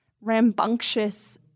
rambunctious